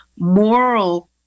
moral